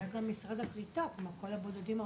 אולי גם משרד הקליטה כמו כל הבודדים העולים,